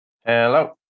Hello